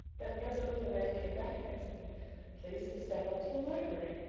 then presently the man came back and asked me please to step up to the library.